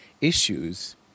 issues